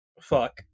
fuck